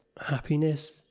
happiness